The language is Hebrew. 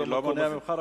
אני לא מונע זאת ממך,